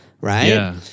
Right